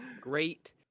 great